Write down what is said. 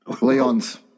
Leon's